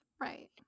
right